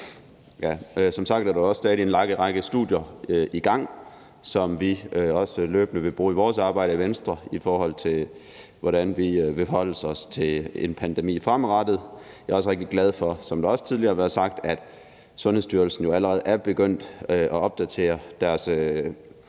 Som sagt er der også stadig en lang række studier i gang, som vi også løbende vil bruge i vores arbejde i Venstre, i forhold til hvordan vi vil forholde os til en pandemi fremadrettet. Jeg er også rigtig glad for, som det også tidligere har været sagt, at Sundhedsstyrelsen jo allerede er begyndt at opdatere deres